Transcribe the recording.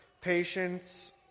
patience